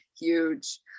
huge